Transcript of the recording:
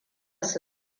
su